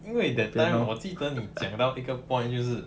因为 that time 我记得见到一个 point 就是